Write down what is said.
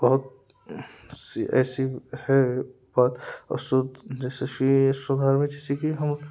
बहुत ऐसी है बात जैसेकि हम